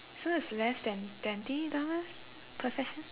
so it's less than twenty dollars per session